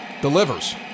delivers